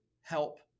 help